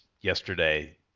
yesterday